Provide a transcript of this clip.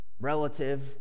relative